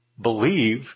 believe